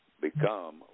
become